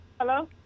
Hello